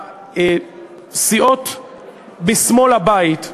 הסיעות בשמאל הבית,